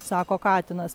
sako katinas